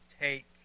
take